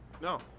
No